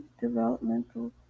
developmental